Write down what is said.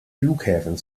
flughäfen